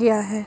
ਗਿਆ ਹੈ